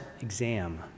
exam